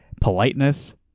politeness